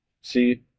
see